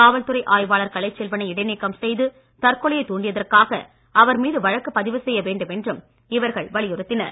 காவல்துறை ஆய்வாளர் கலைச்செல்வனை இடைநீக்கம் செய்து தற்கொலையை தாண்டியதற்காக அவர் மீது வழக்கு பதிவு செய்ய வேண்டுமென்றும் இவர்கள் வலியுறுத்தினர்